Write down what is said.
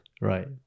Right